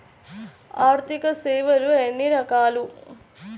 ఆర్థిక సేవలు ఎన్ని రకాలు?